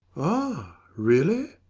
ah really?